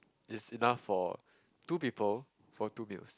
is enough for two people for two meals